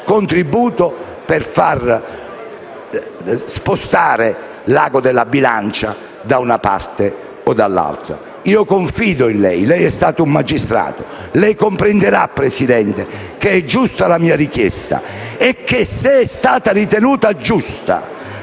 contributo per far spostare l'ago della bilancia da una parte o dall'altra. Io confido in lei. Lei è stato un magistrato e comprenderà, signor Presidente, che la mia richiesta è giusta e che, se è stata ritenuta giusta